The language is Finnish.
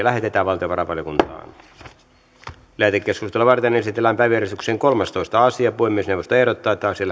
lähetetään valtiovarainvaliokuntaan lähetekeskustelua varten esitellään päiväjärjestyksen kolmastoista asia puhemiesneuvosto ehdottaa että asia